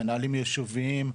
מנהלים יישוביים,